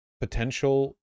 potential